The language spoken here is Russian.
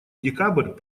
декабрь